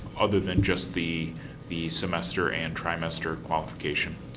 other than just the the semester and trimester qualification.